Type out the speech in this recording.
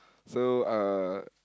so uh